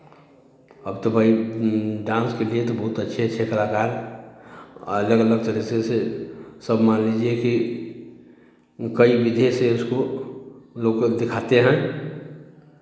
अब तो भाई डांस के लिए तो बहुत अच्छे अच्छे कलाकार अलग अलग से जैसे जैसे सब मान लीजिए कि कई विधे से उसको लोग को दिखाते हैं